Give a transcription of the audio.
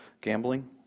Gambling